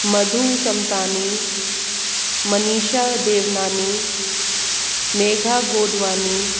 Madhu Samtani Manisha Devnani Megha Godwani